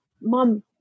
mom